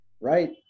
right